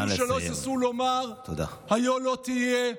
אלו שלא היססו לומר: היה לא תהיה,